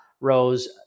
rose